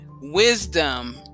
Wisdom